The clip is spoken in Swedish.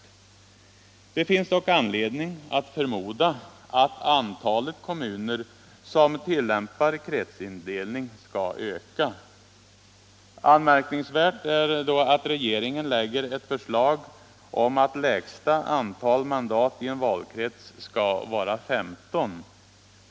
Det finns dock an ledning att förmoda att antalet kommuner som tillämpar kretsindelning skall öka. Anmärkningsvärt är då att regeringen framlägger ett förslag om att lägsta antal mandat i en valkrets skall vara 15.